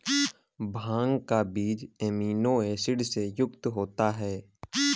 भांग का बीज amino acid से युक्त होता है